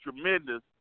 tremendous